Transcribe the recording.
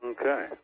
Okay